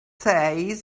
says